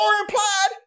implied